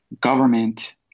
government